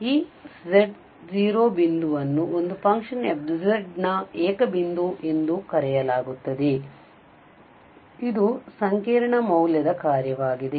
ಆದ್ದರಿಂದ ಈ z0 ಬಿಂದುವನ್ನು ಒಂದು ಫಂಕ್ಷನ್ f ನ ಏಕ ಬಿಂದು ಎಂದು ಕರೆಯಲಾಗುತ್ತದೆ ಆದ್ದರಿಂದ ಇದು ಸಂಕೀರ್ಣ ಮೌಲ್ಯದ ಕಾರ್ಯವಾಗಿದೆ